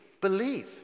believe